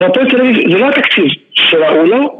לתת למישהו רק תקציב של האולו